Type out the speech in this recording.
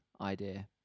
idea